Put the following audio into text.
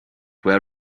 were